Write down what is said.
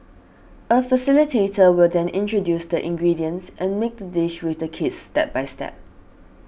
a facilitator will then introduce the ingredients and make the dish with the kids step by step